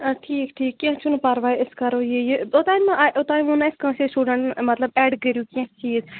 آ ٹھیٖک ٹھیٖک کیٚنٛہہ چھُنہٕ پَرواے أسۍ کَرو یہِ یہِ اوٚتام ما آے اوٚتام ووٚن نہٕ اَسہِ کٲنٛسے سِٹوٗڈنٛٹَن مطلب اٮ۪ڈ کٔرِو کیٚنٛہہ چیٖز